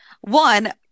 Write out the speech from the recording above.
One